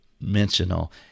dimensional